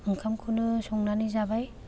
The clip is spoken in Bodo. ओंखामखौनो संनानै जाबाय